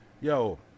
Yo